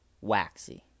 waxy